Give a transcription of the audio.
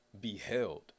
beheld